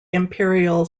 imperial